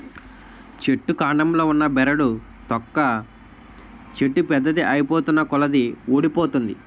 చెట్టు కాండంలో ఉన్న బెరడు తొక్క చెట్టు పెద్దది ఐతున్నకొలది వూడిపోతుంది